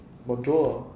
bonjour